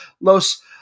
Los